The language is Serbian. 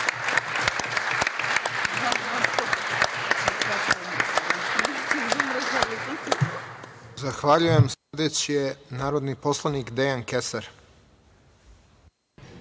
Zahvaljujem. Sledeći je narodni poslanik Dejan Kesar.